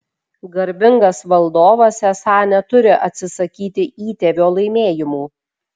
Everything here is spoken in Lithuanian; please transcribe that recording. garbingas valdovas esą neturi atsisakyti įtėvio laimėjimų